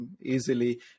easily